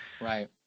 Right